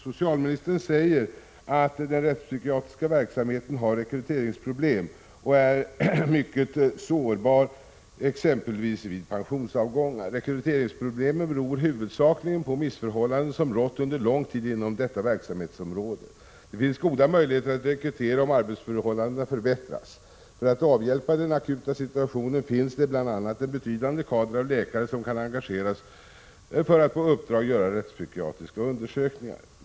Socialministern säger att den rättspsykiatriska verksamheten har rekryteringsproblem och är mycket sårbar, exempelvis vid pensionsavgångar. Rekryteringsproblemen beror väl huvudsakligen på missförhållanden som rått under lång tid inom detta verksamhetsområde. Det finns goda möjligheter att rekrytera, om arbetsförhållandena förbättras. För att avhjälpa den akuta situationen finns det bl.a. en betydande kader av läkare, som kan engageras för att på uppdrag göra rättspsykiatriska undersökningar.